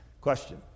question